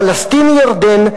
פלסטין היא ירדן,